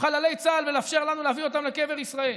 חללי צה"ל ולאפשר לנו להביא אותם לקבר ישראל.